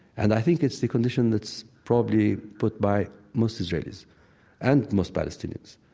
and i think it's the condition that's probably put by most israelis and most palestinians.